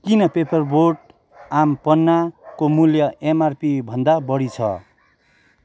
किन Paper Boat आम पन्नाको मूल्य एमआरपी भन्दा बढी छ